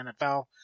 NFL